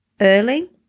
early